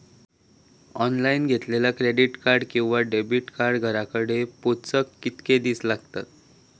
Online घेतला credit card किंवा debit card घराकडे पोचाक कितके दिस लागतत?